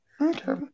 Okay